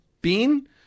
Bean